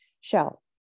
Shell